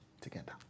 together